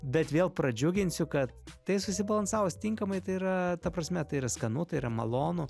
bet vėl pradžiuginsiu kad tai susibalansavus tinkamai tai yra ta prasme tai yra skanu tai yra malonu